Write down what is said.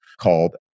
called